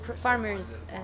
farmers